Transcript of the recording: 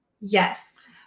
Yes